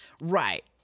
Right